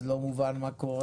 אז לא מובן מה קורה.